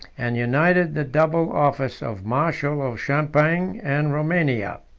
and united the double office of marshal of champagne and romania.